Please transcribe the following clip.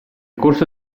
corso